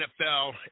NFL